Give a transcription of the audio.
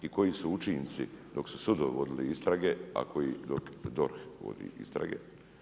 I koji su učinci dok su sudovi vodili istrage, a koji dok DORH vodi istrage.